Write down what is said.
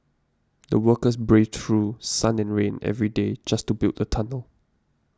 the workers braved through sun and rain every day just to build the tunnel